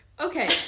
Okay